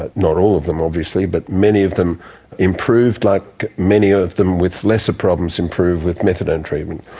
ah not all of them, obviously, but many of them improved, like many of them with lesser problems improved with methadone treatment.